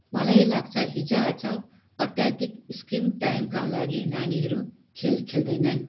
मलाई लाग्छ हिजोआज अत्याधिक स्किम टाइमका लागि नानीहरू खेल खेल्दैनन्